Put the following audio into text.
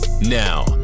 Now